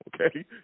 okay